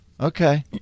Okay